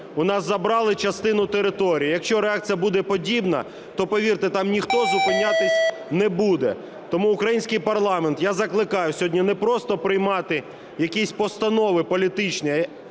У нас забрали частину території. Якщо реакція буде подібна, то повірте, там ніхто зупинятися не буде. Тому український парламент я закликаю сьогодні не просто приймати якісь постанови політичні,